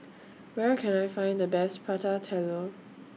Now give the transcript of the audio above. Where Can I Find The Best Prata Telur